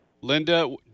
Linda